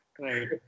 Right